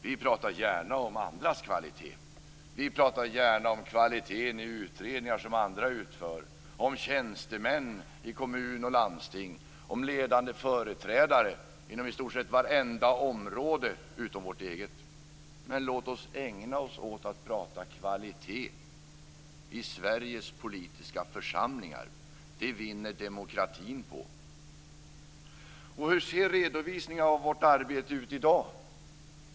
Vi pratar gärna om andras kvalitet, om kvaliteten i utredningar som andra utför, om tjänstemän i kommuner och landsting, om ledande företrädare inom i stort sett vartenda område utom vårt eget. Men låt oss ägna oss åt att prata kvalitet i Sveriges politiska församlingar! Det vinner demokratin på. Hur ser redovisningen av vårt arbete ut i dag?